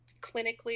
clinically